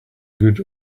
good